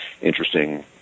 interesting